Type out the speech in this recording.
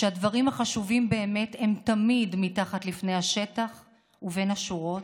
שהדברים החשובים באמת הם תמיד מתחת לפני השטח ובין השורות,